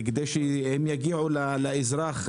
כדי שיגיעו לאזרח,